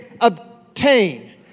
obtain